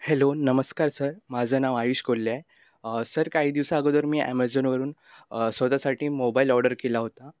hello नमस्कार sir माझं नाव आयुष कोल्ले आहे सर काही दिवसाअगोदर मी ॲमेझॉनवरून स्वतःसाठी मोबाईल ऑर्डर केला होता